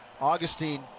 Augustine